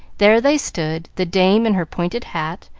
there they stood, the dame in her pointed hat,